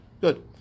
Good